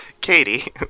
Katie